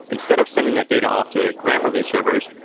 instead of sending that data off to the grammarly servers,